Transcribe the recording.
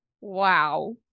Wow